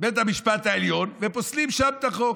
לבית המשפט העליון, ופוסלים שם את החוק.